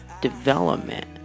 development